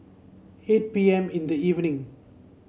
eight P M in the evening